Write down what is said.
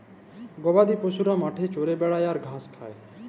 গবাদি পশুরা মাঠে চরে বেড়ায় আর ঘাঁস খায়